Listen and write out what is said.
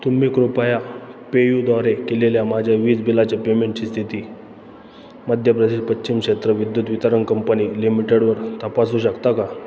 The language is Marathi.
तुम्ही कृपया पेयूद्वारे केलेल्या माझ्या वीज बिलाचे पेमेंटची स्थिती मध्यप्रदेश पश्चिम क्षेत्र विद्युत वितरण कंपनी लिमिटेडवर तपासू शकता का